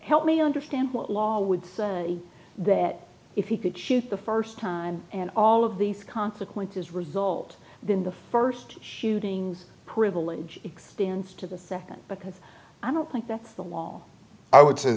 help me understand what law would say that if you could choose the first time and all of these consequences result then the first shootings privilege extends to the second because i don't think that's the law i would